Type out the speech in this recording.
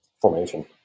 formation